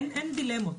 אין דילמות.